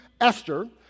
Esther